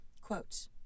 Quote